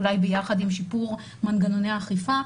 אולי ביחד עם שיפור מנגנוני האכיפה,